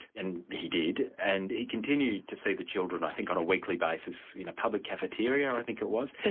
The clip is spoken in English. and he did, and he continued to see the children i think on a weekly basis in a public cafeteria, i think it was,